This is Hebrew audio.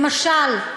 למשל,